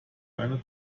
eine